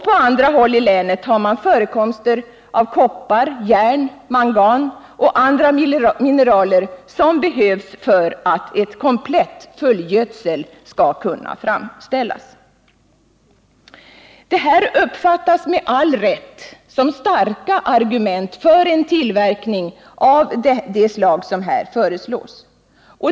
På andra håll i länet har man förekomster av koppar, järn, mangan och andra mineraler som behövs för att ett komplett fullgödsel skall kunna framställas. Det här uppfattas med all rätt som starka argument för en tillverkning av det slag som föreslås.